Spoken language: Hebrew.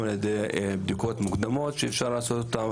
על ידי בדיקות מוקדמות שאפשר לעשות אותן.